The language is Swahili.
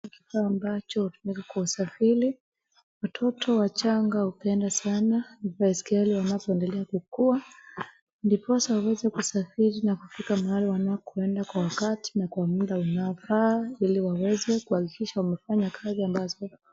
Kifaa ambacho hutumika kusafiri. Watoto wachanga hupenda sana baiskeli wanapoendelea kukua, ndiposa waweze kusafiri na kufika mahala wanakoenda kwa wakati na kwa muda unaofaa, ili waweze kuhakikisha wamefanya kazi ambazo.